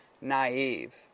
naive